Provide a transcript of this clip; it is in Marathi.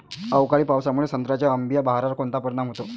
अवकाळी पावसामुळे संत्र्याच्या अंबीया बहारावर कोनचा परिणाम होतो?